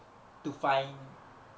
to find